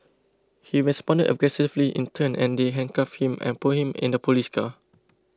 he responded aggressively in turn and they handcuffed him and put him in the police car